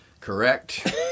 Correct